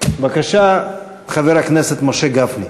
בבקשה, חבר הכנסת משה גפני.